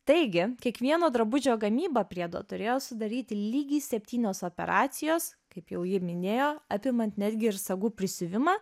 taigi kiekvieno drabužio gamybą priedo turėjo sudaryti lygiai septynios operacijos kaip jau ji minėjo apimant netgi ir sagų prisiuvimą